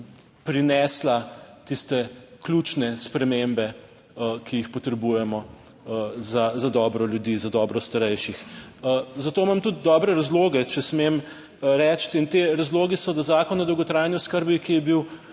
prinesla tiste ključne spremembe, ki jih potrebujemo za dobro ljudi, za dobro starejših. Za to imam tudi dobre razloge, če smem reči, in ti razlogi so, da Zakon o dolgotrajni oskrbi, ki je bil